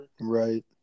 Right